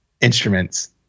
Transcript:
instruments